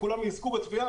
אם כולם יזכו בתביעה,